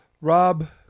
Rob